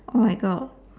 oh my god